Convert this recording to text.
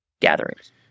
gatherings